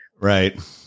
Right